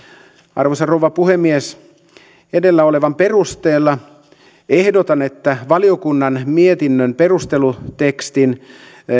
arvoisa rouva puhemies edellä olevan perusteella ehdotan että valiokunnan mietinnön perustelutekstin